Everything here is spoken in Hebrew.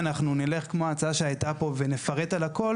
אם אנחנו נלך כמו ההצעה שהייתה פה ונפרט על הכל